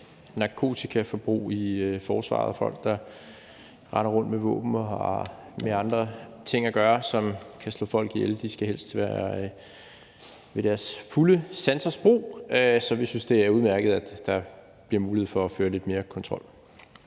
narkotikaforbrug i forsvaret. Folk, der render rundt med våben og har med andre ting at gøre, som kan slå folk ihjel, skal helst være ved deres fulde sansers brug. Så vi synes, det er udmærket, at der bliver mulighed for at føre lidt mere kontrol.